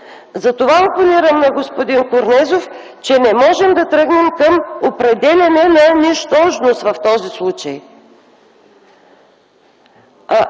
Затова опонирам на господин Корнезов - не можем да тръгнем към определяне на нищожност в този случай.